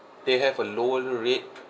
they have a lower rate